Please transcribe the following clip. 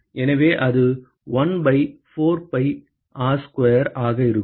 எனவே அது 1 pi 4 pi R square ஆக இருக்கும்